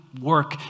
work